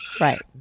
Right